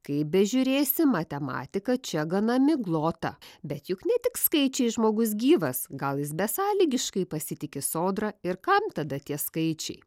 kaip bežiūrėsi matematika čia gana miglota bet juk ne tik skaičiai žmogus gyvas gal jis besąlygiškai pasitiki sodra ir kam tada tie skaičiai